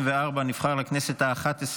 חבר הכנסת אלקין,